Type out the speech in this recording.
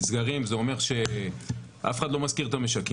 נסגרים, זה אומר שאף אחד לא משכיר את המשקים.